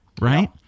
Right